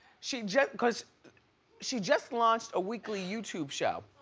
she just, cause she just launched a weekly youtube show.